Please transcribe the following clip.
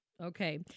Okay